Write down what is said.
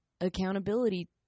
accountability